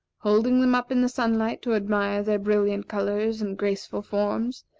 holding them up in the sunlight to admire their brilliant colors and graceful forms,